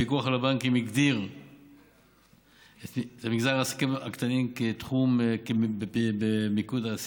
הפיקוח על הבנקים הגדיר את מגזר העסקים הקטנים כתחום במיקוד העשייה,